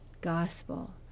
gospel